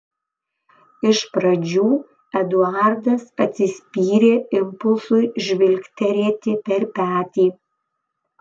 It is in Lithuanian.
iš pradžių eduardas atsispyrė impulsui žvilgterėti per petį